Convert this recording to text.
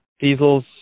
diesels